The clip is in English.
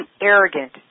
arrogant